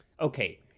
okay